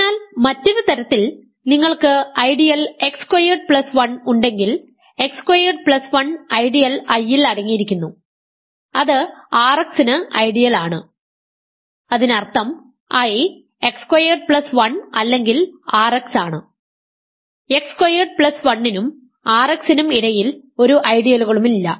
അതിനാൽ മറ്റൊരു തരത്തിൽ നിങ്ങൾക്ക് ideal x squared plus I ഉണ്ടെങ്കിൽ x squared plus 1 ideal I ൽ അടങ്ങിയിരിക്കുന്നു അത് R x ന് ഐഡിയൽ ആണ് അതിനർത്ഥം I x സ്ക്വയേർഡ് പ്ലസ് 1 അല്ലെങ്കിൽ R x ആണ് എക്സ് സ്ക്വയേർഡ് പ്ലസ് 1 നും ആർ എക്സ് നും ഇടയിൽ ഒരു ഐഡിയലുകളുമില്ല